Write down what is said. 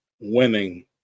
winning